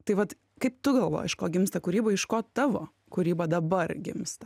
tai vat kaip tu galvoji iš ko gimsta kūryba iš ko tavo kūryba dabar gimsta